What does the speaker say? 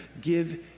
give